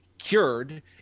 Cured